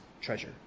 treasure